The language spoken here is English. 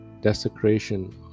desecration